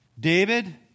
David